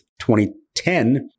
2010